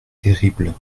terrible